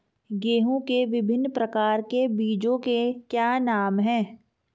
गेहूँ के विभिन्न प्रकार के बीजों के क्या नाम हैं?